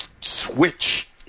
switch